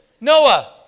Noah